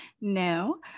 No